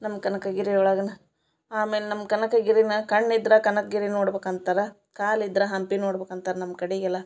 ನಮ್ಮ ಕನಕಗಿರಿ ಒಳಗನೆ ಆಮೇಲೆ ನಮ್ಮ ಕನಕಗಿರಿನಾಗೆ ಕಣ್ಣಿದ್ರೆ ಕನಕಗಿರಿ ನೋಡ್ಬೇಕು ಅಂತಾರೆ ಕಾಲಿದ್ರೆ ಹಂಪಿ ನೋಡ್ಬೇಕು ಅಂತಾರೆ ನಮ್ಮ ಕಡೆಗೆಲ್ಲ